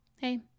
Hey